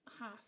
half